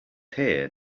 here